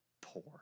poor